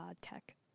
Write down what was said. tech